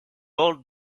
old